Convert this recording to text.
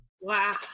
Wow